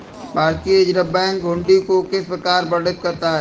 भारतीय reserve bank hundi को किस प्रकार वर्णित करता है?